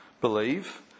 believe